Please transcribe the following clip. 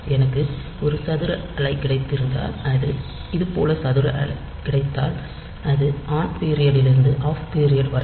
எனக்கு ஒரு சதுர அலை கிடைத்திருந்தால் இது போல் சதுர அலை கிடைத்தால் இது ஆன் பீரியட் லிருந்து ஆஃப் பீரியட் வரைக்கும்